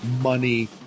money